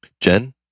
Jen